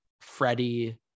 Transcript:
Freddie